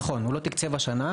נכון, הוא לא תקצב השנה.